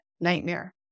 nightmare